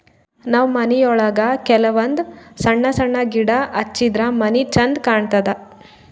ನಾವ್ ಮನಿಯೊಳಗ ಕೆಲವಂದ್ ಸಣ್ಣ ಸಣ್ಣ ಗಿಡ ಹಚ್ಚಿದ್ರ ಮನಿ ಛಂದ್ ಕಾಣತದ್